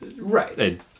right